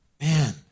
Man